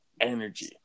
Energy